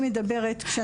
מעודדים פגיעה.